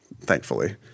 thankfully